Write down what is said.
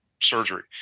surgery